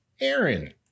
Aaron